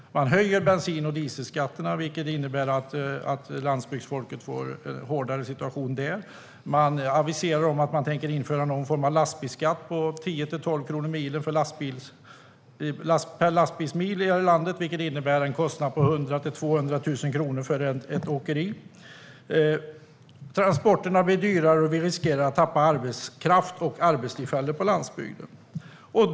Man höjer bensin och dieselskatterna, vilket innebär att landsbygdsfolket får en svårare situation. Man aviserar att man tänker införa någon form av lastbilsskatt på 10-12 kronor per lastbilsmil, vilket innebär en kostnad på 100 000-200 000 kronor för ett åkeri. Transporterna blir dyrare, och vi riskerar att tappa arbetskraft och arbetstillfällen på landsbygden.